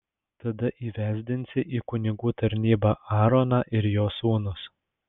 tada įvesdinsi į kunigų tarnybą aaroną ir jo sūnus